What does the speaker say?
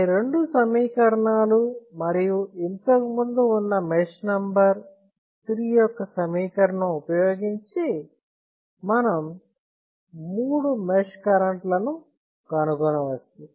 పై రెండు సమీకరణాలు మరియు ఇంతకు ముందు ఉన్న మెష్ నంబర్ 3 యొక్క సమీకరణం ఉపయోగించి మనం మూడు మెష్ కరెంట్ లను కనుగొనవచ్చు